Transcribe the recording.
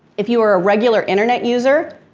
if you are a regular internet user,